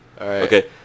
Okay